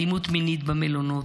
אלימות מינית במלונות,